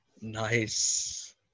Nice